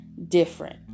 Different